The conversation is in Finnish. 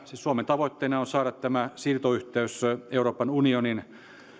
suomen tavoitteena on saada tämä siirtoyhteys euroopan unionin